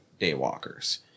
daywalkers